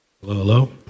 Hello